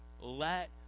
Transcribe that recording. Let